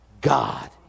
God